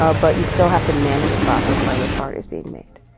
ah but you still have to manage a process by which art is being made.